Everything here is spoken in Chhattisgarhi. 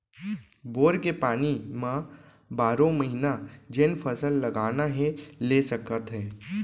बोर के पानी म बारो महिना जेन फसल लगाना हे ले सकत हे